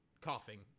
coughing